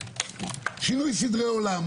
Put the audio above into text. שינוי סדרי עולם.